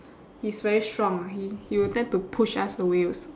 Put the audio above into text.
he's very strong he he will tend to push us away also